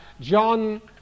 John